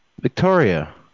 Victoria